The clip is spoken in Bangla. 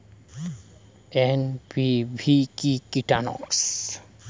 এন.পি.ভি কি কীটনাশক?